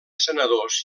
senadors